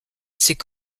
c’est